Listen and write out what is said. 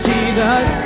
Jesus